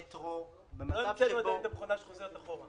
לא המצאנו עדיין מכונה שחוזרת אחורה.